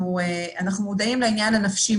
אנחנו מודעים מאוד לעניין הנפשי.